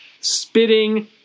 spitting